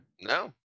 No